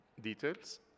details